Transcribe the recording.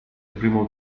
primo